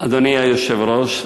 אדוני היושב-ראש,